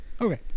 Okay